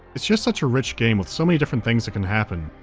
it's just such a rich game, with so many different things that can happen.